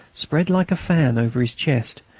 spread like a fan over his chest,